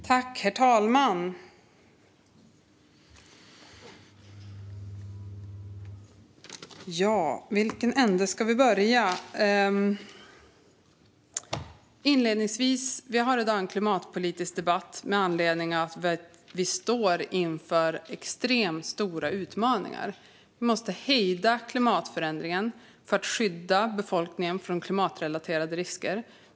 Herr talman! I vilken ände ska vi börja? Inledningsvis vill jag säga att vi i dag har en klimatpolitisk debatt med anledning av att vi står inför extremt stora utmaningar. Vi måste hejda klimatförändringen för att skydda befolkningen från klimatrelaterade risker.